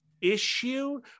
issue